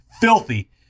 filthy